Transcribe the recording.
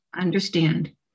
Understand